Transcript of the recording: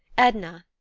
edna,